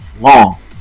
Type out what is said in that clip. long